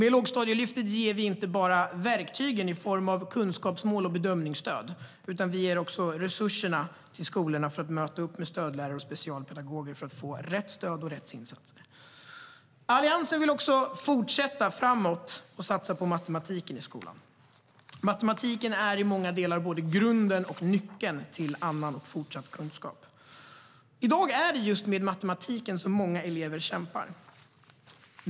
Med Lågstadielyftet ger vi inte bara verktygen i form av kunskapsmål och bedömningsstöd, utan vi ger också resurserna till skolorna för att möta upp med stödlärare och specialpedagoger för att eleverna ska få rätt stöd och rätt insatser. I dag är det just med matematiken som många elever kämpar.